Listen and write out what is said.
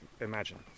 imagine